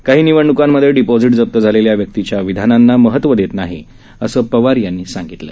काही निवडणुकांमध्ये डिपॉझिट जप्त झालेल्या व्यक्तीच्या विधानांना महत्व देत नाही असं शरद पवार यांनी सांगितलं